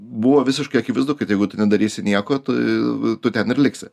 buvo visiškai akivaizdu kad jeigu tu nedarysi nieko tai tu ten ir liksi